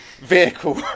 vehicle